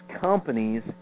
companies